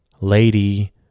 Lady